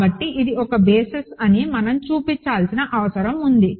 కాబట్టి అది ఒక బేసిస్ అని మనం చూపించాల్సిన అవసరం ఉంది